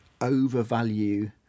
overvalue